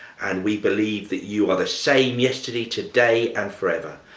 and we believe that you are the same yesterday, today and forever.